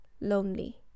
lonely